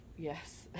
Yes